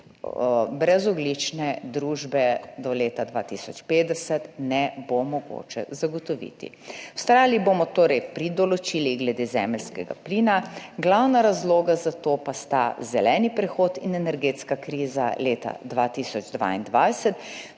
brezogljične družbe do leta 2050 ne bo mogoče zagotoviti. Vztrajali bomo torej pri določilih glede zemeljskega plina, glavna razloga za to pa sta zeleni prehod in energetska kriza leta 2022,